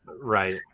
right